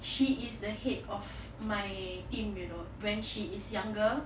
she is the head of my team you know when she is younger